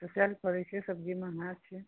सोचए लए पड़ै छै सब्जी महँगा छै